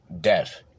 death